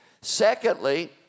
Secondly